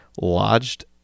lodged